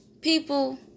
people